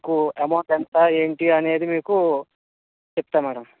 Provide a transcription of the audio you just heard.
మీకు అమౌంట్ ఎంత ఏంటి అనేది మీకు చెప్తా మ్యాడమ్